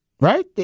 right